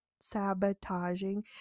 sabotaging